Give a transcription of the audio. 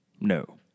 No